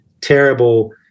terrible